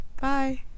Bye